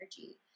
energy